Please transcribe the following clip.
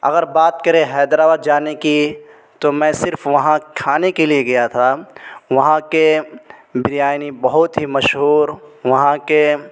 اگر بات کریں حیدراد جانے کی تو میں صرف وہاں کھانے کے لیے گیا تھا وہاں کے بریانی بہت ہی مشہور وہاں کے